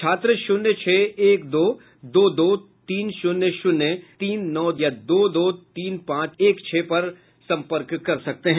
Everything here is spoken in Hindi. छात्र शून्य छह एक दो दो दो तीन शून्य शून्य तीन नौ या दो दो तीन पांच एक छह एक पर सम्पर्क कर सकते हैं